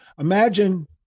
Imagine